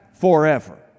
forever